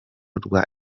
rwa